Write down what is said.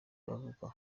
bavuga